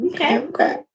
Okay